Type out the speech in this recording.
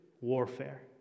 warfare